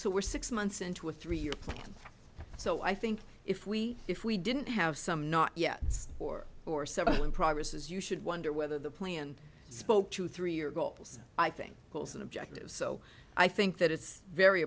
so we're six months into a three year plan so i think if we if we didn't have some not yet four or seven promises you should wonder whether the plan spoke to three or goals i think goals and objectives so i think that it's very